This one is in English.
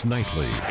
Nightly